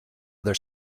other